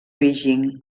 beijing